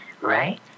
Right